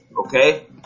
okay